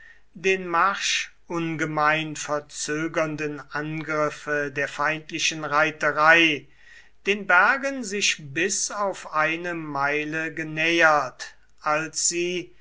den marsch ungemein verzögernden angriffe der feindlichen reiterei den bergen sich bis auf eine meile genähert als sie